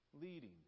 leading